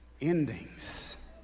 endings